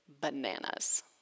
bananas